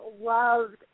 loved